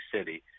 city